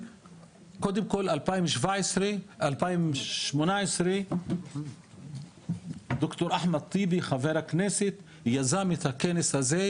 קודם כל בין השנים 2017-2018 ד"ר אחמד טיבי חבר הכנסת יזם את הכנס הזה,